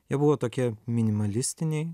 jie buvo tokie minimalistiniai